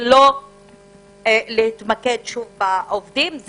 ולא להתמקד שוב בעובדים.